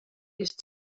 ist